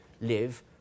live